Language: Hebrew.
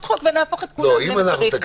את החוק ונהפוך את כולם למפרי חוק.